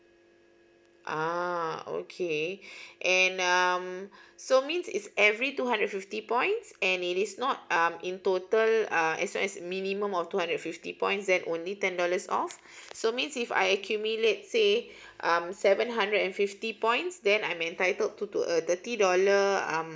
uh okay and um so means is every two hundred fifty points and it is not um in total uh as long as is minimum of two hundred and fifty points then only ten dollars off so means if I accumulate say um seven hundred and fifty points then I'm entitled to to a thirty dollar um